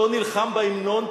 לא נלחם בהמנון,